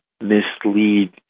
mislead